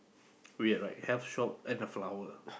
weird right health shop and a flower